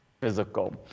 physical